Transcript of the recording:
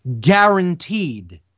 guaranteed